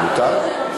מותר.